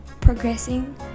progressing